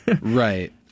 Right